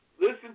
listen